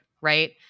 right